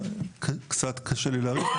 קצת קשה לי להעריך,